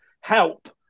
help